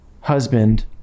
husband